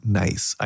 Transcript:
nice